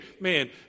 man